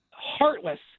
heartless